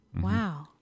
Wow